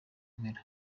mpera